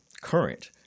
current